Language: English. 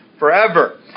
forever